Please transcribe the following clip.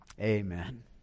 amen